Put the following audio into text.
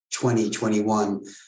2021